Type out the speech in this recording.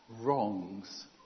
wrongs